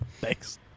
Thanks